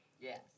Yes